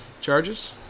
Charges